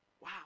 wow